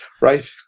right